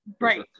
Right